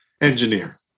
engineer